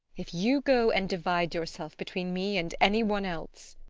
if you go and divide yourself between me and anyone else